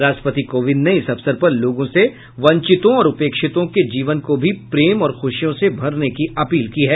राष्ट्रपति कोविंद ने इस अवसर पर लोगों से वंचितों और उपेक्षितों के जीवन को भी प्रेम और ख़ुशियों से भरने की अपील की है